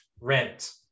rent